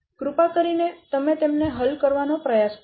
કૃપા કરીને તમે તેમને હલ કરવાનો પ્રયાસ કરો